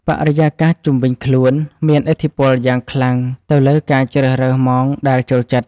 បរិយាកាសជុំវិញខ្លួនមានឥទ្ធិពលយ៉ាងខ្លាំងទៅលើការជ្រើសរើសម៉ោងដែលចូលចិត្ត។